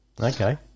Okay